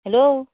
hello